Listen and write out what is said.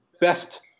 best